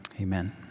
amen